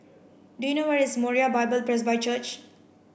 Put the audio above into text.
do you know where is Moriah Bible Presby Church